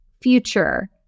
Future